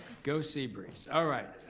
go seabreeze, all right.